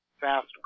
fast